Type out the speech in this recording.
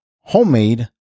homemade